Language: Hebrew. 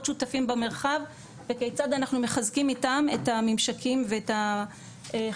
שותפים במרחב וכיצד אנחנו מחזקים איתם את הממשקים ואת החינוך.